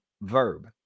verb